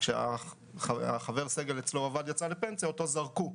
שכאשר חבר סגל שאצלו עבד יצא לפנסיה אותו זרקו.